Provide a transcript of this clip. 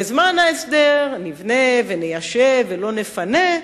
בזמן ההסדר נבנה וניישב ולא נפנה,